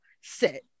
set